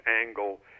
angle